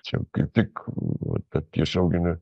čia kaip tik vat ta tiesioginė